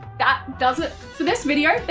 that does it for this video.